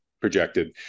projected